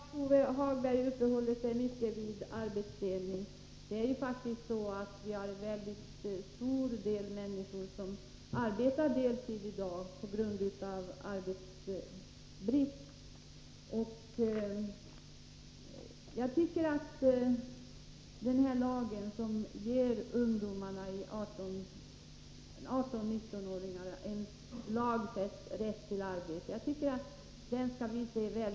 Fru talman! Lars-Ove Hagberg uppehåller sig mycket vid arbetsdelning. Det är ju så att vi faktiskt har många människor som arbetar deltid i dag på grund av arbetsbrist. Jag tycker vi skall se väldigt positivt på den här lagen, som ger 18-19-åringar lagfäst rätt till arbete.